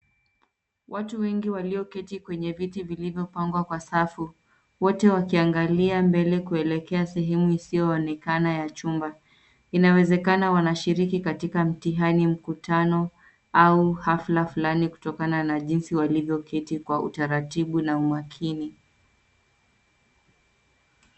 Watu wengi walioketi kwenye viti vilvyopangwa kwa safu, wote wakiangalia mbele kuelekea sehemu isiyonekana ya chumba. Inawezekana wanashiriki katika mtihani, mkutano au hafla flani kutokana na jinsi walivyoketi kwa utaratibu na umakini.